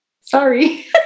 Sorry